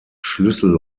schlüssel